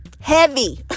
heavy